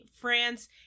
France